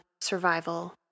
survival